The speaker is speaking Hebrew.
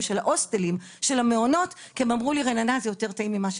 של ההוסטלים כי הם אמרו שהאוכל יותר טעים מאשר